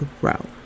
grow